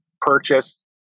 purchase